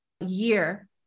year